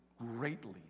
greatly